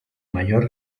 mayor